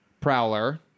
prowler